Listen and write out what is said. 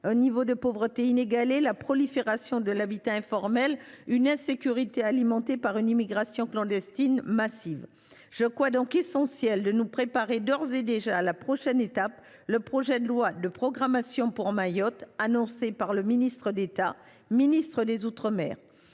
un niveau de pauvreté inégalé, la prolifération de l’habitat informel, une insécurité alimentée par une immigration clandestine massive. Je crois donc essentiel de nous préparer d’ores et déjà à la prochaine étape : le projet de loi de programmation pour Mayotte annoncé par le ministre d’État, ministre des outre mer.